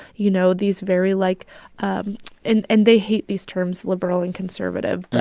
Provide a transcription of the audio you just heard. you know, these very, like um and and they hate these terms, liberal and conservative. but,